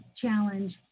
challenge